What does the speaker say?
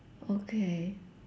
okay